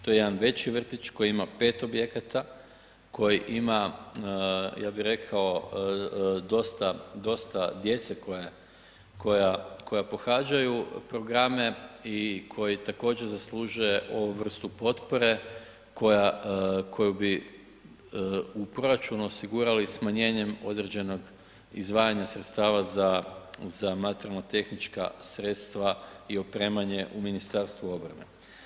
To je jedan veći vrtić koji ima 5 objekata, koji ima ja bi rekao dosta, dosta djece koja pohađaju programe i koji također zaslužuje ovu vrstu potpore koju bi u proračunu osigurali smanjenjem određenog izdvajanja sredstava za materijalno tehnička sredstva i opremanje u Ministarstvu obrane.